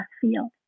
field